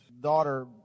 daughter